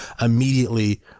immediately